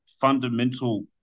fundamental